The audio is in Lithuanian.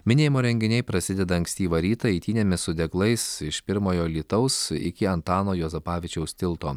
minėjimo renginiai prasideda ankstyvą rytą eitynėmis su deglais iš pirmojo alytaus iki antano juozapavičiaus tilto